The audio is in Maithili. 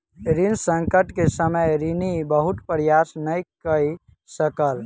ऋण संकट के समय ऋणी बहुत प्रयास नै कय सकल